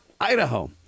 Idaho